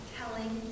telling